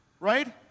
right